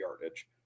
yardage